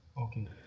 Okay